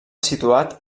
situat